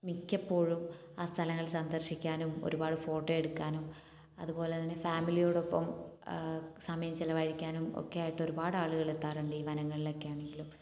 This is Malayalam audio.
മിക്കപ്പോഴും ആ സ്ഥലങ്ങൾ സന്ദർശിക്കാനും ഒരുപാട് ഫോട്ടോ എടുക്കാനും അതുപോലെതന്നെ ഫാമിലിയോടൊപ്പം സമയം ചി ലവഴിക്കാനും ഒക്കെ ആയിട്ട് ഒരുപാട് ആളുകൾ എത്താറുണ്ട് ഈ വനങ്ങളിലൊക്കെയാണെങ്കിലും